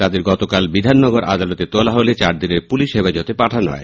তাদের গতকাল বিধাননগর আদালতে তোলা হলে চার দিনের পুলিশ হেফাজতে পাঠানো হয়